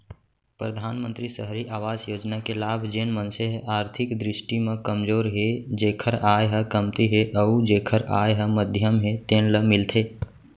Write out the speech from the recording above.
परधानमंतरी सहरी अवास योजना के लाभ जेन मनसे ह आरथिक दृस्टि म कमजोर हे जेखर आय ह कमती हे अउ जेखर आय ह मध्यम हे तेन ल मिलथे